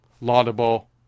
laudable